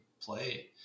play